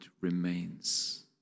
remains